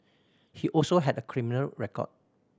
he also had a criminal record